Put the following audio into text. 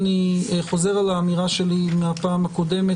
אני חוזר על האמירה שלי מהפעם הקודמת.